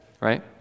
Right